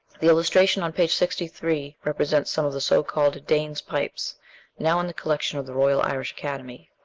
the illustration on p. sixty three represents some of the so-called danes' pipes now in the collection of the royal irish academy.